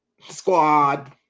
squad